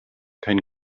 kein